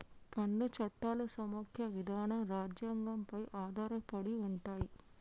పన్ను చట్టాలు సమైక్య విధానం రాజ్యాంగం పై ఆధారపడి ఉంటయ్